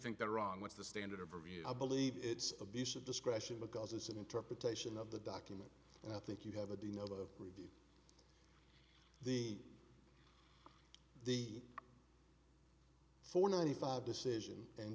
think they're wrong what's the standard for i believe it's abuse of discretion because it's an interpretation of the document and i think you have a de novo review the the four ninety five decision and